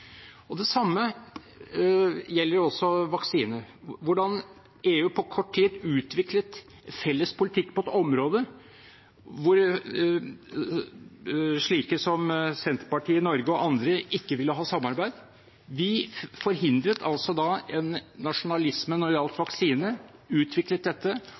Det samme gjelder også vaksiner, hvordan EU på kort tid utviklet felles politikk på et område hvor slike som Senterpartiet i Norge og andre ikke ville ha samarbeid. De forhindret altså nasjonalisme når det gjaldt vaksine, utviklet dette,